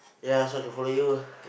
ya so I should follow you